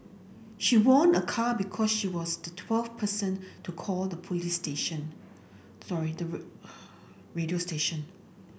she won a car because she was the twelfth person to call the police station sorry the word radio station